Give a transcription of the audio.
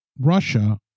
Russia